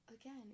Again